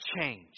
change